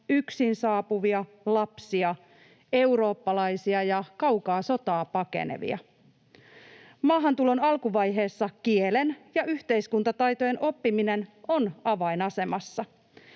yksin saapuvia, lapsia, eurooppalaisia ja kaukaa sotaa pakenevia. Maahantulon alkuvaiheessa kielen ja yhteiskuntataitojen oppiminen on avainasemassa.